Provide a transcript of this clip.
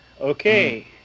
Okay